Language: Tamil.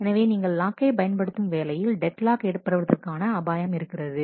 எனவே நீங்கள் லாக்கை பயன்படுத்தும் வேலையில் டெட் லாக் ஏற்படுவதற்கான அபாயம் இருக்கிறது